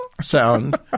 sound